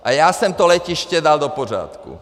A já jsem to letiště dal do pořádku!